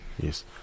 Yes